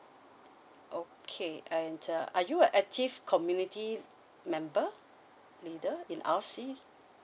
okay and uh are you achieve community member leader in L_C